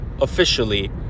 officially